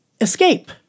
escape